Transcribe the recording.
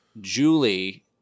Julie